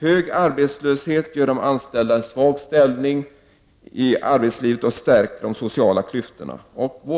Hög arbetslöshet ger de anställda en svag ställning i arbetslivet och förstärker de sociala klyftorna.